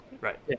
Right